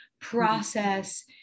process